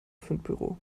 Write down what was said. fundbüro